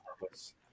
purpose